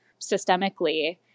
systemically